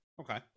okay